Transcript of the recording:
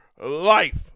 life